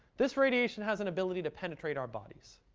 this radiation has an ability to penetrate our bodies.